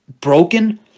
broken